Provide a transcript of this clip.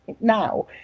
now